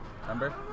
Remember